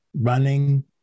running